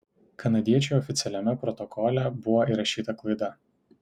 kanadiečiui oficialiame protokole buvo įrašyta klaida